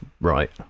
right